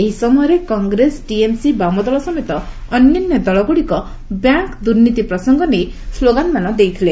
ଏହି ସମୟରେ କଂଗ୍ରେସ ଟିଏମ୍ସି ବାମଦଳ ସମେତ ଅନ୍ୟାନ ଦଳଗୁଡ଼ିକ ବ୍ୟାଙ୍କ୍ ଦୁର୍ନୀତି ପ୍ରସଙ୍ଗ ନେଇ ସ୍ଲୋଗାନ୍ମାନ ଦେଇଥିଲେ